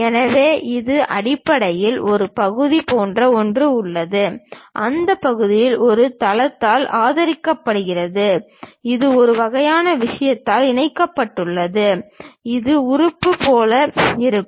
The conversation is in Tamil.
எனவே இது அடிப்படையில் ஒரு பகுதி போன்ற ஒன்று உள்ளது அந்த பகுதி ஒரு தளத்தால் ஆதரிக்கப்படுகிறது இது ஒரு வகையான விஷயத்தால் இணைக்கப்பட்டுள்ளது இது உறுப்பு போல இருக்கும்